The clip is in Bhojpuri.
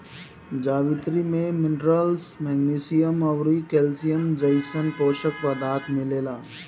जावित्री में मिनरल्स, मैग्नीशियम अउरी कैल्शियम जइसन पोषक पदार्थ मिलेला